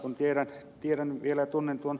kun tiedän vielä ja tunnen ed